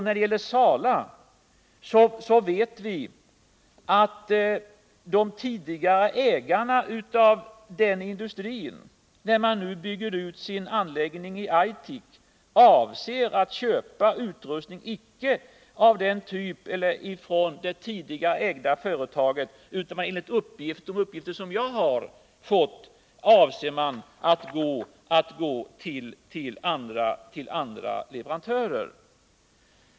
När det gäller Sala International vet vi att de tidigare ägarna av denna industri — när de nu bygger ut sin anläggning i Aitik — avser att köpa utrustning, inte från det tidigare ägda företaget, utan enligt de uppgifter som jag har fått avser man att gå till andra leverantörer.